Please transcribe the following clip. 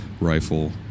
rifle